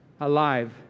alive